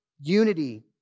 unity